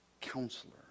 Counselor